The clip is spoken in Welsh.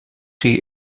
chi